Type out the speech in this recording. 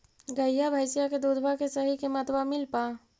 गईया भैसिया के दूधबा के सही किमतबा मिल पा?